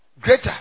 greater